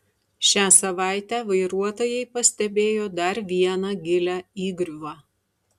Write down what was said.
šią savaitę vairuotojai pastebėjo dar vieną gilią įgriuvą